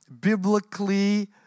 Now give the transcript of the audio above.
biblically